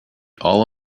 all